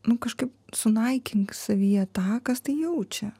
nu kažkaip sunaikink savyje tą kas tai jaučia